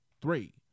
three